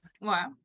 Wow